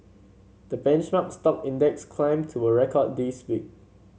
the benchmark stock index climbed to a record this week